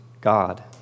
God